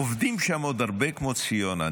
עובדים שם עוד הרבה כמו ציונה.